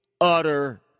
utter